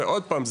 עוד פעם,